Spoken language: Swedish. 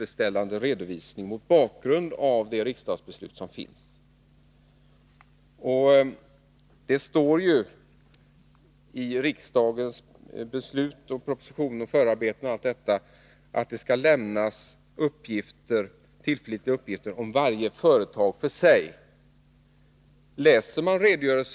Det står ju i riksdagens beslut att det skall lämnas tillförlitliga uppgifter om varje företag för sig.